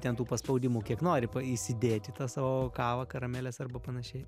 ten paspaudimų kiek nori įsidėti į tą savo kavą karamelės arba panašiai